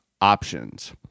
options